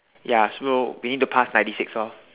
ya so we need to pass ninety six orh